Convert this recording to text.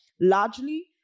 largely